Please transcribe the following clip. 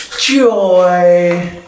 Joy